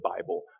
Bible